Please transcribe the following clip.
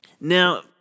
Now